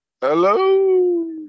Hello